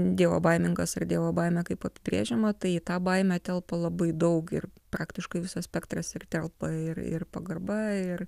dievobaimingas ar dievo baimė kaip apibrėžiama tai į tą baimę telpa labai daug ir praktiškai visas spektras ir telpa ir ir pagarba ir